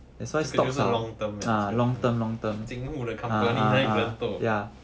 这个是 long term investment 景物的 company 哪里可能 toh